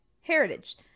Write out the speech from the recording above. heritage